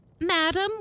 Madam